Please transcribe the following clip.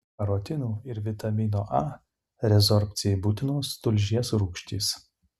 karotinų ir vitamino a rezorbcijai būtinos tulžies rūgštys